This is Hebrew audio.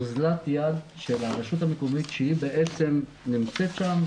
אוזלת יש של הרשות המקומית שהיא בעצם נמצאת שם,